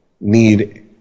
need